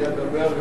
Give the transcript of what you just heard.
אני אדבר.